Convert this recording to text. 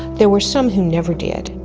there were some who never did.